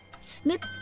Snip